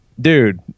Dude